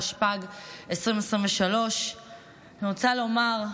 התשפ"ג 2023. אני רוצה לומר,